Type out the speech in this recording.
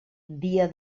dia